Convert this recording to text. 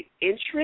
interest